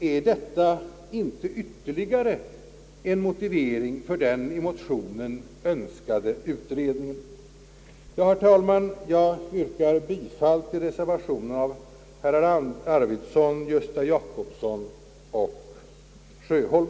Är detta inte ytterligare en motivering för den i motionen önskade utredningen? Herr talman! Jag yrkar bifall till reservationen av herrar Arvidson, Gösta Jacobsson och Sjöholm.